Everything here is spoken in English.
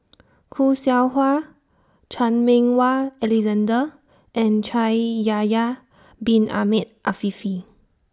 Khoo Seow Hwa Chan Meng Wah Alexander and Shaikh Yahya Bin Ahmed Afifi